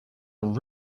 are